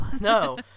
no